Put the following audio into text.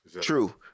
True